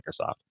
Microsoft